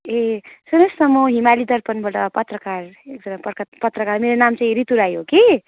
ए सुन्नुहोस् न म हिमाली दर्पणबाट पत्रकार एकजाना पर्कत पत्रकार मेरो नाम चाहिँ रितु राई हो कि